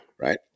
right